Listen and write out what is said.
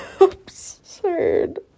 absurd